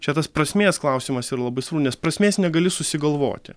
čia tas prasmės klausimas ir labai svarbu nes prasmės negali susigalvoti